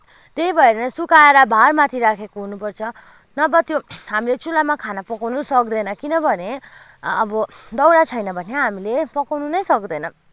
त्यही भएर सुकाएर भारमाथि राखेको हुनुपर्छ नभए त्यो हामीले चुलोमा खाना पकाउनु सक्दैन किनभने अब दाउरा छैन भने हामीले पकाउनु नै सक्दैन